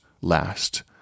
last